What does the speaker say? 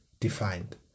defined